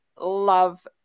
love